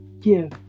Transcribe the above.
give